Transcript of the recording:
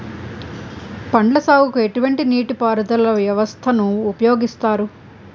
పండ్ల సాగుకు ఎటువంటి నీటి పారుదల వ్యవస్థను ఉపయోగిస్తారు?